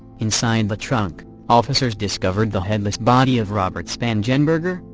inside the trunk, officers discovered the headless body of robert spangenberger,